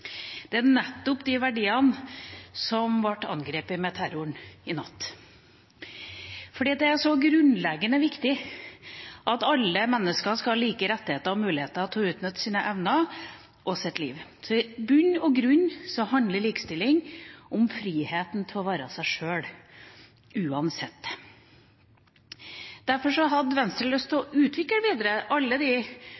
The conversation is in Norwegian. Det er nettopp de verdiene som ble angrepet med terroren i natt. For det er så grunnleggende viktig at alle mennesker skal ha like rettigheter og muligheter til å utnytte sine evner og sitt liv. I bunn og grunn handler likestilling om friheten til å være seg sjøl – uansett. Derfor hadde Venstre lyst